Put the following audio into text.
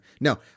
No